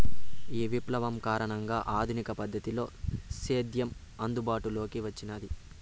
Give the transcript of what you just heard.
ఈ విప్లవం కారణంగా ఆధునిక పద్ధతిలో సేద్యం అందుబాటులోకి వచ్చినాది